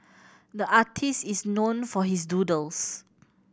the artist is known for his doodles